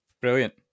Brilliant